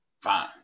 Fine